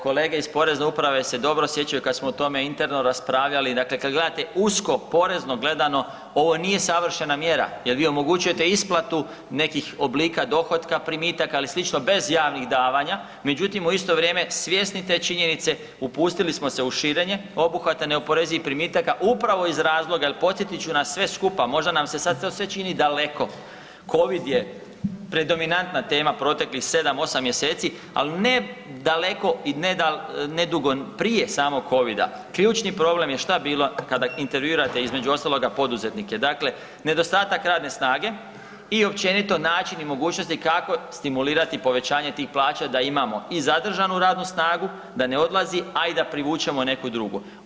Kolege iz Porezne uprave se dobro sjećaju kada smo o tome interno raspravljali, dakle kada gledate usko porezno gledano ovo nije savršena mjera jer vi omogućujete isplatu nekih oblika dohotka, primitaka ili slično bez javnih davanja, međutim u isto vrijeme svjesni te činjenice upustili smo se u širenje obuhvata neoporezivih primitaka upravo iz razloga, jel podsjetit ću nas sve skupa, možda nam se sada to sve čini daleko, covid je predominantna tema proteklih 7, 8 mjeseci ali nedugo prije samog covida ključni problem je šta bilo kada intervjuirate između ostaloga poduzetnike, dakle nedostatak radne snage i općenito način i mogućnosti kako stimulirati povećanje tih plaća da imamo i zadržanu radnu snagu, da ne odlazi, a i da privučemo neku drugu.